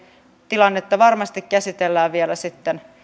tilannetta varmasti käsitellään vielä